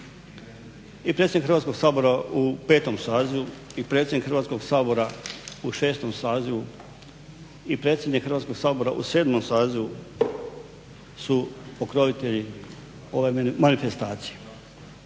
I predsjednik Hrvatskog sabora u 5. sazivu, i predsjednik u 6. sazivu, i predsjednik Hrvatskog sabora u 7. sazivu su pokrovitelji ove manifestacije.